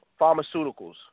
pharmaceuticals